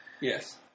Yes